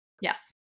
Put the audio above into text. Yes